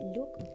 look